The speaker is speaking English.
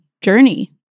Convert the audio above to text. journey